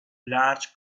large